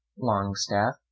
Longstaff